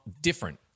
different